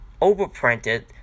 overprinted